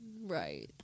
Right